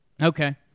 Okay